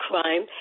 crime